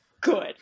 good